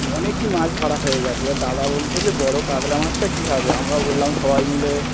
অনেকই মাছ ধরা হয়ে গেছে ও দাদা বলছে যে বড়ো কাতলা মাছটা কী হবে আমরা বললাম সবাই মিলে